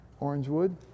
Orangewood